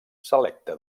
selecte